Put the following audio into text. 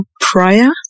Prior